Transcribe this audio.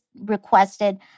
requested